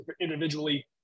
individually